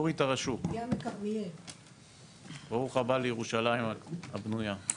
ברוך הבא לירושלים הבנויה.